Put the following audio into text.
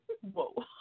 Whoa